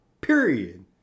Period